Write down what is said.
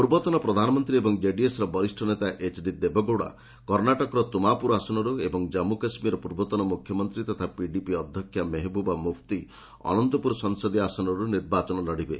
ପୂର୍ବତନ ପ୍ରଧାନମନ୍ତ୍ରୀ ଏବଂ କେଡିଏସ୍ର ବରିଷ୍ଣ ନେତା ଏଚ୍ଡି ଦେବେଗୌଡ଼ା କର୍ଣ୍ଣାଟକର ତୁମାପୁର ଆସନରୁ ଏବଂ ଜାନ୍ଥୁକାଶ୍ମୀରର ପୂର୍ବତନ ମୁଖ୍ୟମନ୍ତ୍ରୀ ତଥା ପିଡିପି ଅଧ୍ୟକ୍ଷା ମେହେବୁବା ମୁଫ୍ତି ଅନନ୍ତପୁର ସଂସଦୀୟ ଆସନରୁ ନିର୍ବାଚନ ଲଢ଼ିବେ